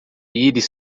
íris